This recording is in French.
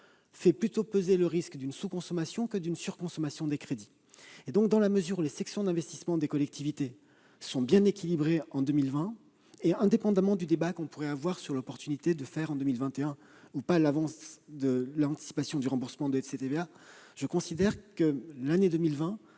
fait plutôt peser le risque d'une sous-consommation que d'une surconsommation des crédits. Dans la mesure où les sections d'investissement des collectivités sont bien équilibrées en 2020, et indépendamment du débat sur l'opportunité d'anticiper ou non en 2021 le remboursement de FCTVA, je considère que l'année 2020